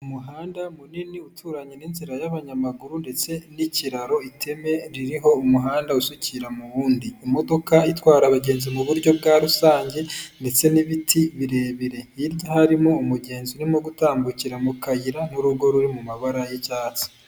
Umuhanda munini uturanye n'inzira y'abanyamaguru ndetse n'ikiraro iteme ririho umuhanda usukira mu wundi, imodoka itwara abagenzi mu buryo bwa rusange ndetse n'ibiti birebire, hirya harimo umugenzi urimo gutambukira mu kayira n'urugo ruri mu mabara y'icyatsi.